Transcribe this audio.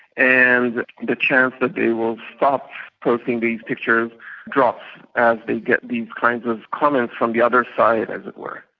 and the chance that they will stop posting these pictures drops as they get these kinds of comments from the other side, as it were.